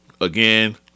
again